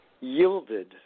yielded